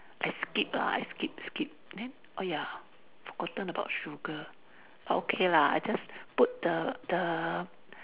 I skip ah I skip skip and then oh ya forgotten about sugar but okay lah I just put the the